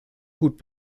gut